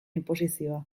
inposizioa